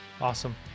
Awesome